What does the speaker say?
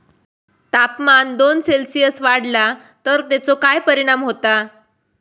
तापमान दोन सेल्सिअस वाढला तर तेचो काय परिणाम होता?